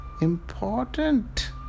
important